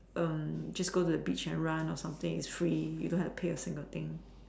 um just go to the beach and run or something it's free you don't have to pay a single thing